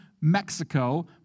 Mexico